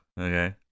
Okay